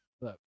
Look